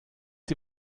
die